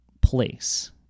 place